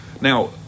Now